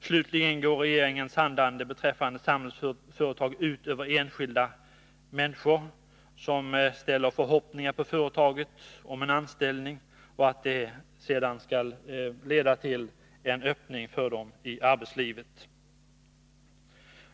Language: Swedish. Slutligen går regeringens handlande beträffande Samhällsföretag ut över enskilda människor som ställer förhoppningar på företaget om en anställning som sedan kan leda till en öppning för dem till arbetslivet.